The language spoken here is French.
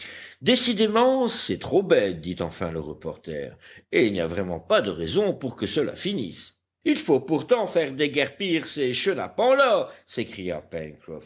décidément c'est trop bête dit enfin le reporter et il n'y a vraiment pas de raison pour que cela finisse il faut pourtant faire déguerpir ces chenapans là s'écria